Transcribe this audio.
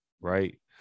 right